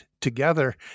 together